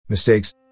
Mistakes